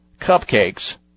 cupcakes